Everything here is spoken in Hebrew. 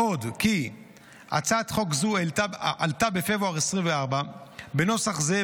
עוד כי הצעת חוק זו עלתה בפברואר 2024 בנוסח זהה,